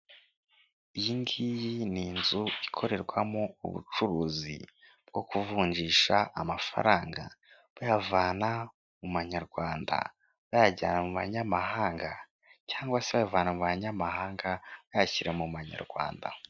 Iyi ngiyi ni inzu ikorerwamo ubucuruzi bwo kuvunjisha amafaranga, bayavana mu manyaRwanda bayajyana mu manyamahanga, cyangwa bayavana mu manyamahanga bayashyira mu manyaRwanda.